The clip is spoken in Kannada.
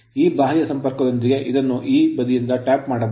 ಈ ಬಾಹ್ಯ ಸಂಪರ್ಕದೊಂದಿಗೆ ಇದನ್ನು ಈ ಬದಿಯಿಂದ ಟ್ಯಾಪ್ ಮಾಡಬಹುದು